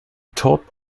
taught